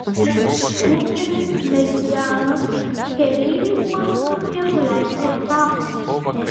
neramiai ūkteli meridianas keleiviai pasuka prie nuleisto trapo